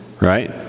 right